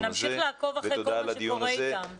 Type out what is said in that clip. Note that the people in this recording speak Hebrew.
נמשיך לעקוב אחרי כל מה שקורה איתם, עתיד המדינה.